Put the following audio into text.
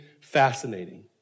fascinating